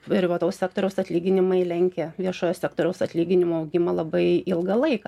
privataus sektoriaus atlyginimai lenkia viešojo sektoriaus atlyginimų augimą labai ilgą laiką